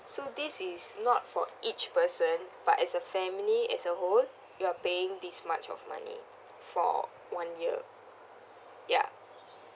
so this is not for each person but as a family as a whole you're paying this much of money for one year ya